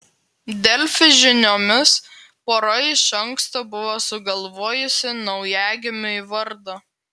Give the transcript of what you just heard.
delfi žiniomis pora iš anksto buvo sugalvojusi naujagimiui vardą